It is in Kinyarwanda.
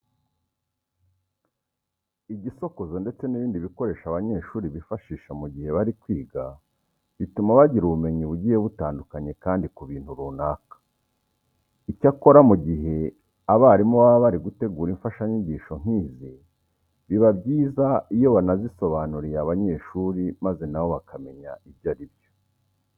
Igisokozo ndetse n'ibindi bikoresho abanyeshuri bifashisha mu gihe bari kwiga bituma bagira ubumenyi bugiye butandukanye kandi ku bintu runaka. Icyakora mu gihe abarimu baba bari gutegura imfashanyigisho nk'izi biba byiza iyo banazisobanuriye abanyeshuri maze na bo bakamenya ibyo ari byo.